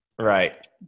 Right